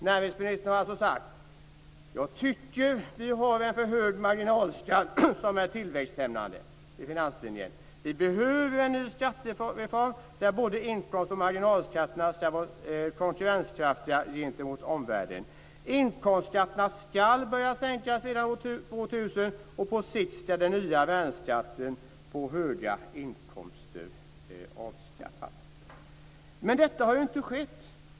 Näringsministern har sagt följande: "Jag tycker att vi har en för hög marginalskatt som är tillväxthämmande." "Vi behöver en ny skattereform där både inkomst och marginalskatterna ska vara konkurrenskraftiga gentemot omvärlden." "Inkomstskatterna skall börja sänkas redan år 2000, och på sikt skall den nya 'värnskatten' på höga inkomster avskaffas." Detta har inte skett.